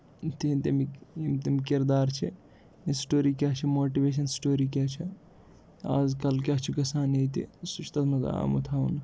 تِہند اَمِکۍ تِم کِردار چھِ یہِ سِٹوری کیاہ چھِ ماٹِویشن سِٹوری کیاہ چھے آز کل کیاہ چھُ گژھان ییٚتہِ سُہ چھُ تَتھ منٛز آمُت ہاونہٕ